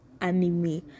anime